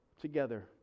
together